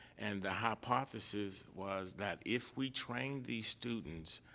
and the hypothesis was that if we trained these students,